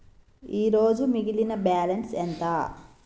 ఈరోజు మిగిలిన బ్యాలెన్స్ ఎంత?